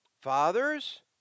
fathers